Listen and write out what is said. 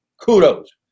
kudos